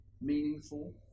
meaningful